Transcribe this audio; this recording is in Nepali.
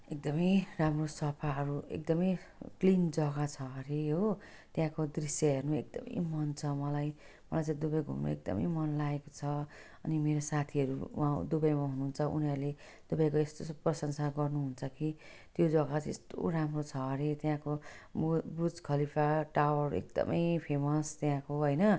एकदम राम्रो सफा अब एकदम क्लिन जगा छ हरे हो त्यहाँको दृश्य हेर्नु एकदम मन छ मलाई अझ दुबई घुम्नु एकदम मन लागेको छ अनि मेरो साथीहरू वहाँ दुबईमा हुनु हुन्छ उनीहरूले दुबईको यस्तो यस्तो प्रशंसा गर्नु हुन्छ कि त्यो जगा चाहिँ यस्तो राम्रो छ हरे त्यहाँको बु बुर्ज खलिफा टावर एकदम फेमस त्यहाँको होइन